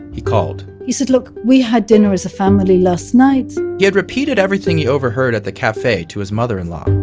he called he said, look we had dinner as a family last night. he had repeated everything he overheard at the cafe to his mother-in-law,